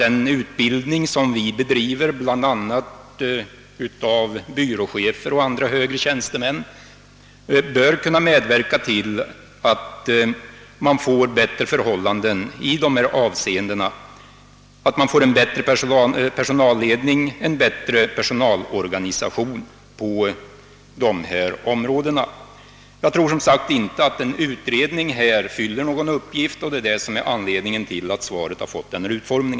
Den utbildning som vi bedriver, bl.a. av byråchefer och andra högre tjänstemän, bör också kunna bidraga till att man får en bättre personalledning och en bättre personalorganisation. Jag tror som sagt inte att en utredning fyller någon uppgift, och det är anledningen till att svaret har fått denna utformning.